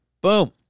Boom